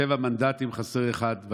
שבעה מנדטים חסר אחד.